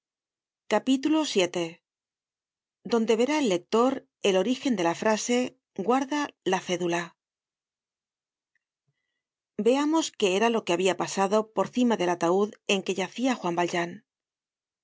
at vil donde verá el lector el origen de la frase guarda veamos qué era lo que habia pasado por cima del ataud en que yacia juan valjean